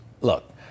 Look